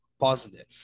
positive